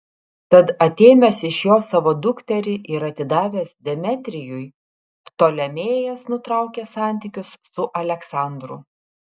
tad atėmęs iš jo savo dukterį ir atidavęs demetrijui ptolemėjas nutraukė santykius su aleksandru